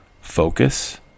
Focus